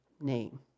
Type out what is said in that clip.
name